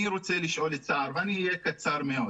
אני רוצה לשאול את סער הראל, ואדבר בקצרה,